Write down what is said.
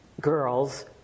girls